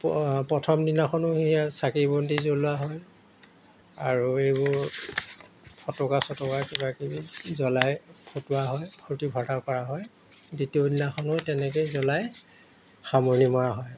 প প্ৰথম দিনাখনো সেয়া চাকি বন্তি জ্বলোৱা হয় আৰু এইবোৰ ফটকা চটকা কিবা কিবি জ্বলাই ফুটুৱা হয় ফূৰ্তি ফাৰ্তা কৰা হয় দ্বিতীয় দিনাখনো তেনেকৈ জ্বলাই সামৰণি মৰা হয়